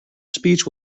speech